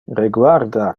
reguarda